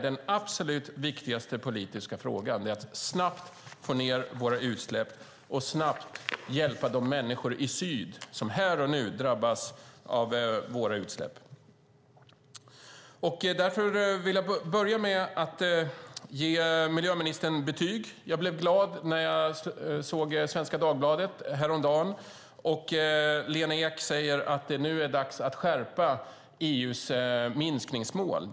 Den absolut viktigaste politiska frågan är att snabbt få ned våra utsläpp och snabbt hjälpa de människor i syd som här och nu drabbas av våra utsläpp. Därför vill jag börja med att ge miljöministern betyg. Jag blev glad när jag häromdagen läste i Svenska Dagbladet att Lena Ek säger att det är dags att skärpa EU:s minskningsmål.